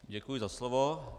Děkuji za slovo.